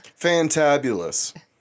Fantabulous